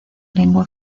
lengua